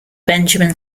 benjamin